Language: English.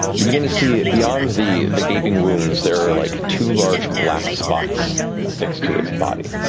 you begin to see beyond the the gaping wounds, there are like two large black spots affixed to its body.